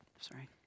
Sorry